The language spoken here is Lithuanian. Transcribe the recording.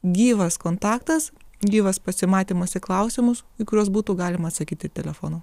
gyvas kontaktas gyvas pasimatymas į klausimus į kuriuos būtų galima atsakyti ir telefonu